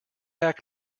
back